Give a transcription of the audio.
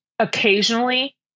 occasionally